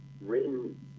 written